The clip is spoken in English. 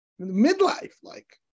midlife-like